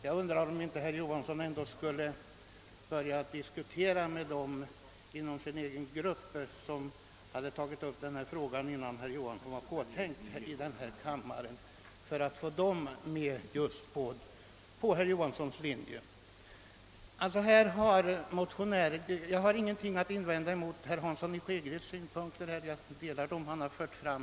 Jag undrar om han inte i stället borde diskutera frågan med medlemmar av sin egen grupp som tagit upp problemet innan herr Johansson var påtänkt i denna kammare och försöka få gruppkamraterna med på sin linje. Jag har inte något att invända mot de synpunkter herr Hansson i Skegrie fört fram.